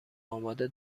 آماده